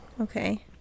Okay